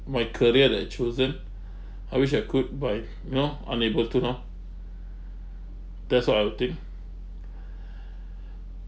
my career that I chosen I wish I could but I you know unable to now that's what I'll think